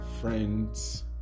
friends